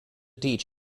teach